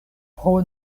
pro